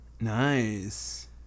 Nice